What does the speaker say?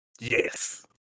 Yes